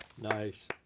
Nice